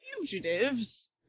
Fugitives